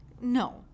No